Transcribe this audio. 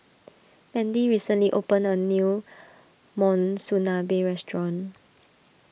Mandy recently opened a new Monsunabe restaurant